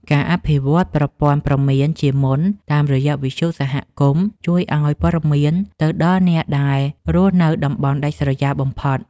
ការអភិវឌ្ឍប្រព័ន្ធព្រមានជាមុនតាមរយៈវិទ្យុសហគមន៍ជួយឱ្យព័ត៌មានទៅដល់អ្នកដែលរស់នៅតំបន់ដាច់ស្រយាលបំផុត។